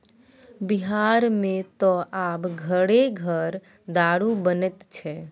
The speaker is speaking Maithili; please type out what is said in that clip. बिहारमे त आब घरे घर दारू बनैत छै